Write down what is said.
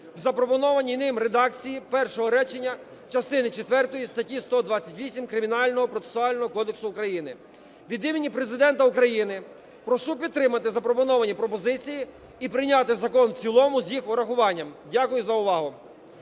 в запропонованій ним редакції першого речення частини четвертої статті 128 Кримінального процесуального кодексу України. Від імені Президента України прошу підтримати запропоновані пропозиції і прийняти закон в цілому з їх урахуванням. Дякую за увагу.